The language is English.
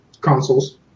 consoles